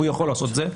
והוא יכול לעשות את זה.